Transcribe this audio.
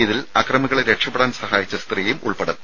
ഇതിൽ അക്രമികളെ രക്ഷപ്പെടാൻ സഹായിച്ച സ്ത്രീയും ഉൾപ്പെടും